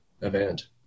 event